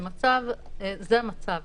זה המצב.